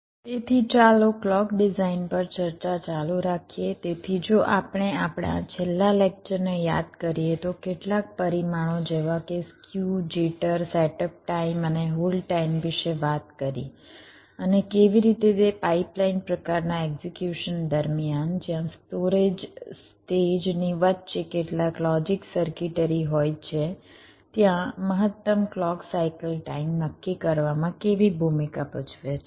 તેથી ચાલો clock design પર ચર્ચા ચાલુ રાખીએ તેથી જો આપણે આપણા છેલ્લા લેક્ચર ને યાદ કરીએ તો કેટલાક પરિમાણો જેવા કે સ્ક્યુ જિટર સેટઅપ ટાઇમ અને હોલ્ડ ટાઇમ વિશે વાત કરી અને કેવી રીતે તે પાઇપલાઇન પ્રકારના એક્ઝિક્યુશન દરમિયાન જ્યાં સ્ટોરેજ સ્ટેજની વચ્ચે કેટલાક લોજિક સર્કિટરી હોય છે ત્યાં મહત્તમ ક્લૉક સાયકલ ટાઇમ નક્કી કરવામાં કેવી ભૂમિકા ભજવે છે